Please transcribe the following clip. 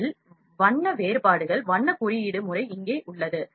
இதில் வண்ண வேறுபாடு வண்ண குறியீட்டு முறை இங்கே உள்ளது